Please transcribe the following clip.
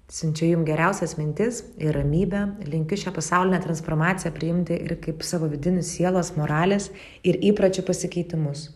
siunčiu jum geriausias mintis ir ramybę linkiu šią pasaulinę transformaciją priimti ir kaip savo vidinį sielos moralės ir įpročių pasikeitimus